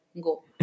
go